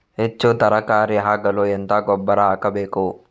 ಹೆಚ್ಚು ತರಕಾರಿ ಆಗಲು ಎಂತ ಗೊಬ್ಬರ ಹಾಕಬೇಕು?